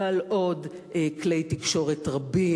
ובעוד כלי תקשורת רבים,